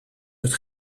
het